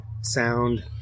sound